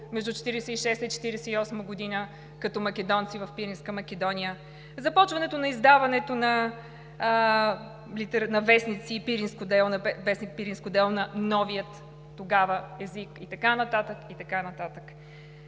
между 1946-а и 1948 г. като македонци в Пиринска Македония, започването на издаването на вестник „Пиринско дело“ на новия тогава език, и така нататък, и така нататък.